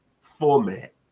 format